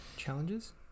Challenges